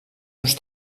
uns